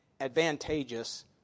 advantageous